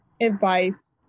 advice